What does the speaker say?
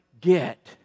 get